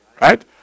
right